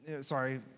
sorry